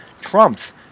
Trump's